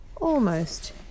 Almost